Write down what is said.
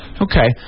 Okay